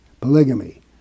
polygamy